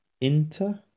Inter